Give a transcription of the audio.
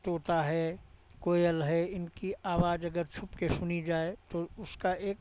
तोता है कोयल है इनकी आवाज अगर छुप के सुनी जाए तो उसका एक